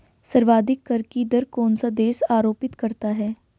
सर्वाधिक कर की दर कौन सा देश आरोपित करता है?